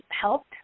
helped